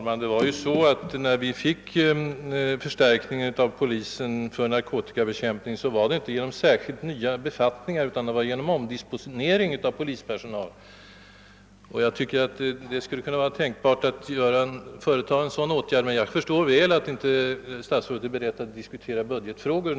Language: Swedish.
Herr talman! Förstärkningen av polisen i narkotikabekämpande syfte genomfördes ju inte genom inrättandet av nya befattningar utan genom omdisponering av polispersonal. Jag tycker att en sådan åtgärd skulle vara tänkbar även nu om rikspolisstyrelsen får ökad personal. Jag förstår emellertid väl att statsrådet inte nu är beredd att diskutera budgetfrågor.